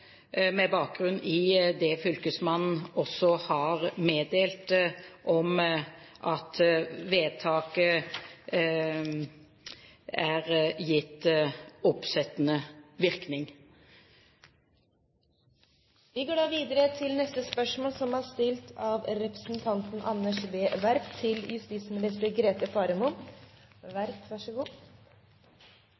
med bakgrunn i det fylkesmannen også har meddelt, at vedtaket er gitt oppsettende virkning.